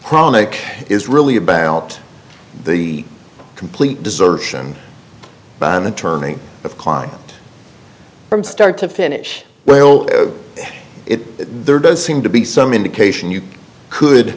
chronic is really about the complete desertion by an attorney of client from start to finish well there does seem to be some indication you could